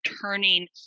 turning